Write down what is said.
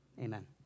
amen